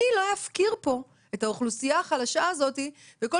אני לא אפקיר פה את האוכלוסייה החלשה הזאת וכל